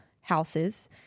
houses